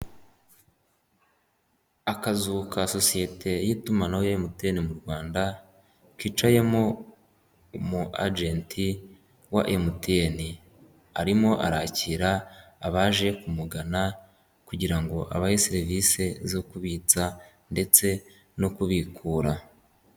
Akazu ka sosiyete y'itumanaho ya MTN mu Rwanda kicayemo umu ajenti wa MTN arimo arakira abaje kumugana kugira ngo abahe serivisi zo kubitsa ndetse no kubikura.